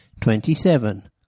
Twenty-seven